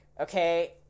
okay